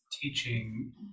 teaching